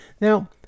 Now